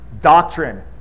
Doctrine